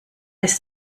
ist